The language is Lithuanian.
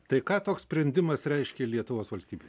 tai ką toks sprendimas reiškė lietuvos valstybei